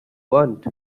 want